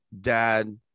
dad